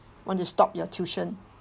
want to stop your tuition